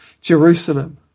Jerusalem